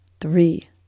three